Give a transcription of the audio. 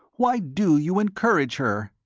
why do you encourage her?